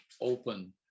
open